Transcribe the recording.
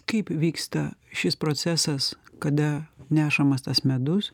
kaip vyksta šis procesas kada nešamas tas medus